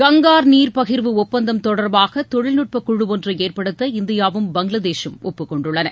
கங்கா நீர் பகிர்வு ஒப்பந்தம் தொடர்பாக தொழில்நுட்ப குழு ஒன்றை ஏற்படுத்த இந்தியாவும் பங்களாதேசும் ஒப்புக்கொண்டுள்ளன